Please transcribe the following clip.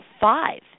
five